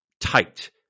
tight